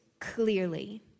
clearly